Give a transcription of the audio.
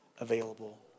available